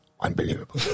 unbelievable